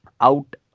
out